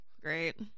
Great